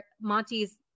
Monty's